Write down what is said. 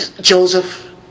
Joseph